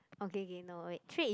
okay k no trait is